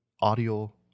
audio